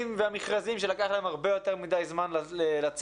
והמכרזים שלקח להם הרבה יותר מדי זמן לצאת.